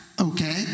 okay